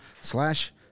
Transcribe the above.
slash